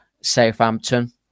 Southampton